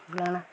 गलाना